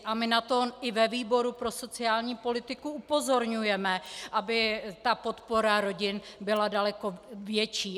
A my na to i ve výboru pro sociální politiku upozorňujeme, aby podpora rodin byla daleko větší.